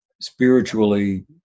spiritually